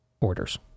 orders